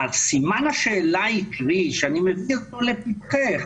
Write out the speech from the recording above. והסימן השאלה עיקרי שאני מביא אותו לפתחך,